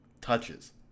touches